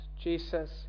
Jesus